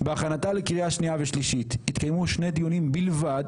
בהכנתה לקריאה שנייה ושלישית התקיימו שני דיונים בלבד,